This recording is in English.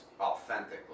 authentically